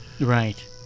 Right